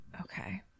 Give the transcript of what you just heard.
Okay